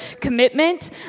commitment